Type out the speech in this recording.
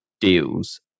deals